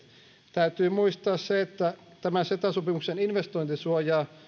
täytyy muistaa se että tämän ceta sopimuksen investointisuojaa